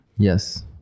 yes